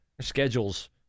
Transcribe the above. schedule's